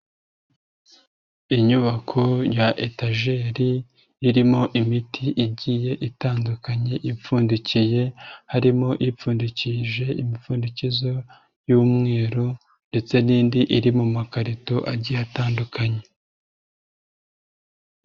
Inyubako ya etajeri irimo imiti igiye itandukanye ipfundikiye, harimo ipfundikishije imipfundikizo y'umweru ndetse n'indi iri mu makarito agiye atandukanye.